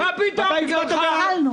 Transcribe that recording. בגללך, אתה הצבעת בעד וגם הוא.